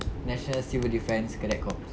national civil defence cadet corp